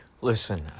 Listen